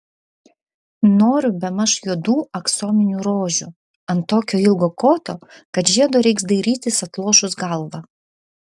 noriu bemaž juodų aksominių rožių ant tokio ilgo koto kad žiedo reiks dairytis atlošus galvą